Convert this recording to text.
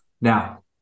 Now